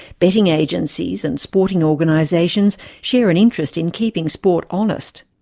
betting agencies and sporting organisations share an interest in keeping sport honest.